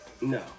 no